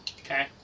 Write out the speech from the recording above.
Okay